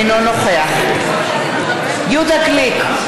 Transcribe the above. אינו נוכח יהודה גליק,